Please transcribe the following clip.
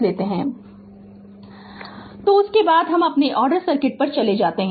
Refer Slide Time 0803 तो उसके बाद हम अपने पहले ऑर्डर सर्किट में चले जाएंगे